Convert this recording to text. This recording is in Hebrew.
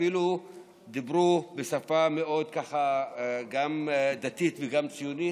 אפילו דיברו בשפה מאוד, גם דתית וגם ציונית,